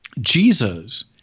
Jesus